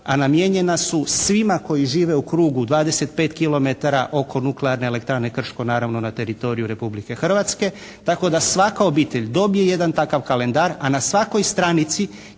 a namijenjena su svima koji žive u krugu 25 kilometara oko Nuklearne elektrane Krške, naravno na teritoriju Republike Hrvatske tako da svaka obitelj dobije jedan takav kalendar, a na svakoj stranici